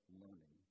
learning